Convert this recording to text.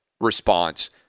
response